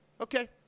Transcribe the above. okay